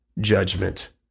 judgment